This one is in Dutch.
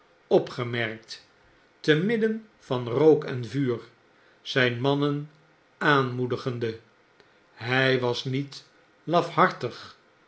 opgemerkt te midden van rook en vuur zyn mannen aamoedigende hy was niet lafhartig